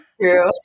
True